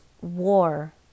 war